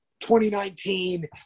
2019